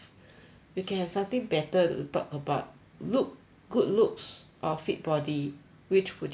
we can have something better to talk about look good looks or fit body which would you prefer